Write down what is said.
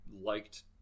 liked